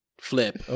Flip